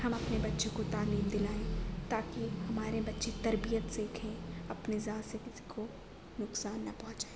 ہم اپنے بچوں کو تعلیم دلائیں تاکہ ہمارے بچے تربیت سیکھیں اپنی ذات سے کسی کو نقصان نہ پہنچائیں